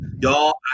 y'all